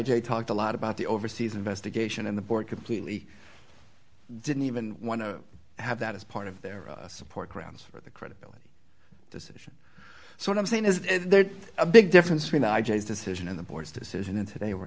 a talked a lot about the overseas investigation and the board completely didn't even want to have that as part of their support grounds for the credibility decision so what i'm saying is there's a big difference between i just decision and the board's decision and today we're